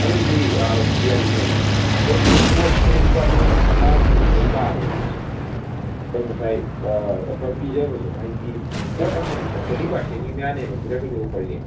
ꯑꯗꯨꯗꯤ ꯌꯥꯎ ꯂꯩꯌꯦ ꯂꯩꯌꯦ ꯑꯩꯈꯣꯏꯒꯤ ꯄꯣꯠꯁꯦ ꯂꯨꯄꯥ ꯂꯤꯁꯤꯡ ꯃꯉꯥꯒꯤ ꯂꯩꯇꯥꯔꯒꯗꯤꯅꯦ ꯑꯩꯈꯣꯏ ꯉꯁꯥꯏ ꯑꯣꯐꯔ ꯄꯤꯖꯕꯗꯣ ꯍꯥꯏꯗꯤ ꯄꯣꯠ ꯑꯃꯃꯝꯗ ꯐꯣꯔꯇꯤ ꯄꯔꯁꯦꯟꯒꯤ ꯃꯌꯥꯅꯦꯕ ꯄꯤꯔꯛꯀꯗꯣꯏ ꯑꯣꯐꯔꯁꯦ